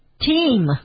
team